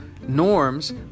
norms